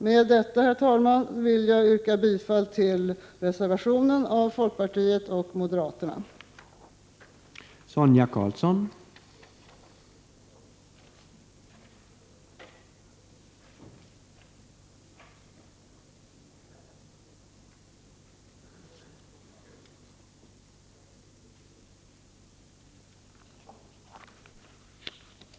Med detta, herr talman, vill jag yrka bifall till folkpartiets och moderaternas reservation.